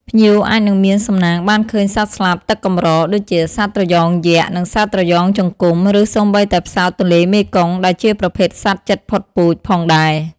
ភ្ញៀវអាចនឹងមានសំណាងបានឃើញសត្វស្លាបទឹកកម្រ ដូចជាសត្វត្រយ៉ងយក្ស និងសត្វត្រយ៉ងចង្កុំ ឬសូម្បីតែផ្សោតទន្លេមេគង្គ ដែលជាប្រភេទសត្វជិតផុតពូជផងដែរ។